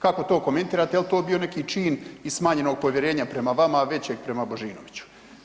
Kako to komentirate, je li to bio neki čin iz smanjenog povjerenja prema vama, a većeg prema Božinoviću?